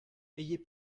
ayez